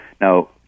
Now